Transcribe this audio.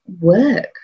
work